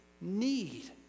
need